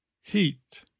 Heat